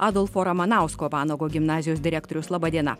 adolfo ramanausko vanago gimnazijos direktorius laba diena